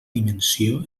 dimensió